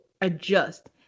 adjust